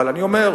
אבל אני אומר,